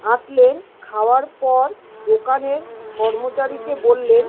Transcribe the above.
আঁটলেন খাওয়ার পর দোকানের কর্মচারীকে বললেন